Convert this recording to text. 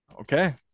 Okay